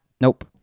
nope